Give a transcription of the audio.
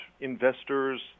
investors